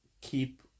keep